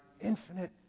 infinite